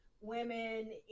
women